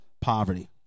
poverty